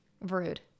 rude